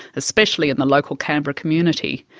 especially in the local canberra community.